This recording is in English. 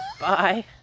Bye